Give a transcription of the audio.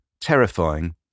terrifying